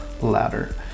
ladder